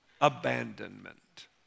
abandonment